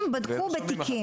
שמאבטחים בדקו בתיקים.